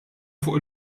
fuq